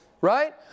right